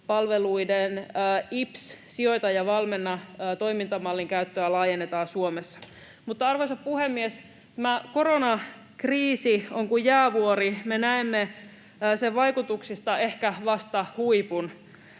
IPS — Sijoita ja valmenna ‑toimintamallin käyttöä laajennetaan Suomessa. Arvoisa puhemies! Tämä koronakriisi on kuin jäävuori: me näemme sen vaikutuksista ehkä vasta huipun.